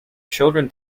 children